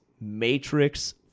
Matrix